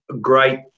great